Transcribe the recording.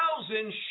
thousand